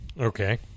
Okay